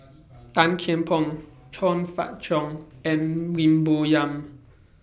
Tan Kian Por Chong Fah Cheong and Lim Bo Yam